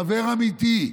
חבר אמיתי,